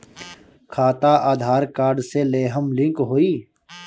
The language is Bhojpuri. खाता आधार कार्ड से लेहम लिंक होई?